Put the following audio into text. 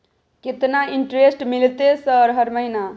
केतना इंटेरेस्ट मिलते सर हर महीना?